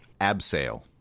Abseil